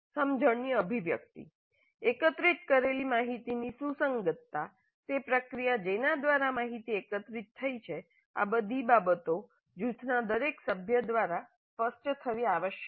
સમજણની અભિવ્યક્તિ એકત્રિત કરેલી માહિતીની સુસંગતતા તે પ્રક્રિયા જેના દ્વારા માહિતી એકત્રિત થઈ છે આ બધી બાબતો જૂથના દરેક સભ્ય દ્વારા સ્પષ્ટ થવી આવશ્યક છે